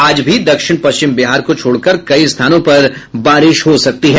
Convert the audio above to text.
आज भी दक्षिण पश्चिम बिहार को छोड़कर कई स्थानों पर बारिश हो सकती है